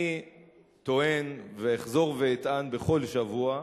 אני טוען, ואחזור ואטען בכל שבוע,